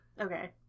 Okay